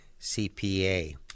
cpa